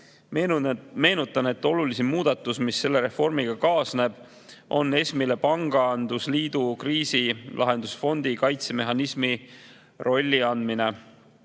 Meenutan, et olulisim muudatus, mis selle reformiga kaasneb, on ESM‑ile pangandusliidu kriisilahendusfondi kaitsemehhanismi rolli andmine.